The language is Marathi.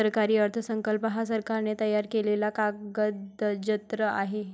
सरकारी अर्थसंकल्प हा सरकारने तयार केलेला कागदजत्र आहे